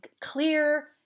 clear